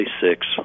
six